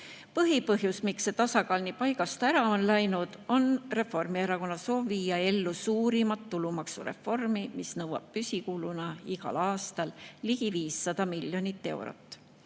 Põhipõhjus, miks tasakaal on nii paigast ära läinud, on Reformierakonna soov viia ellu suurim tulumaksureform, mis nõuab püsikuluna igal aastal ligi 500 miljonit eurot.